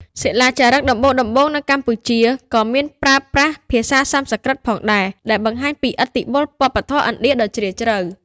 សិលាចារឹកដំបូងៗនៅកម្ពុជា ក៏មានប្រើប្រាស់ ភាសាសំស្ក្រឹត ផងដែរ ដែលបង្ហាញពីឥទ្ធិពលវប្បធម៌ឥណ្ឌាដ៏ជ្រាលជ្រៅ។